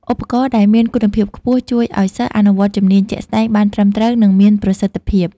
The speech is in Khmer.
ឧបករណ៍ដែលមានគុណភាពខ្ពស់ជួយឱ្យសិស្សអនុវត្តជំនាញជាក់ស្តែងបានត្រឹមត្រូវ និងមានប្រសិទ្ធភាព។